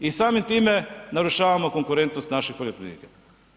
I samim time narušavamo konkurentnost naših poljoprivrednika.